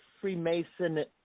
Freemason